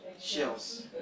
Shells